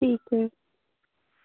ठीक ऐ